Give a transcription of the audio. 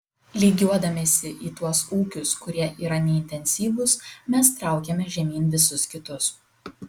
lygiuodamiesi į tuos ūkius kurie yra neintensyvūs mes traukiame žemyn visus kitus